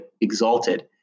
exalted